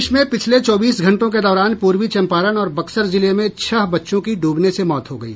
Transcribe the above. प्रदेश में पिछले चौबीस घंटों के दौरान पूर्वी चंपारण और बक्सर जिले में छह बच्चों की डूबने से मौत हो गयी